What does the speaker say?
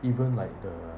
even like the